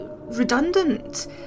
redundant